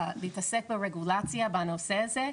להתעסק ברגולציה בנושא הזה,